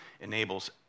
enables